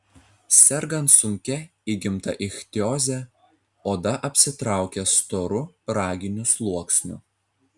sergant sunkia įgimta ichtioze oda apsitraukia storu raginiu sluoksniu